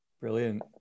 brilliant